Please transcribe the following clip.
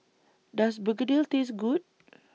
Does Begedil Taste Good